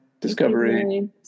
Discovery